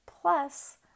Plus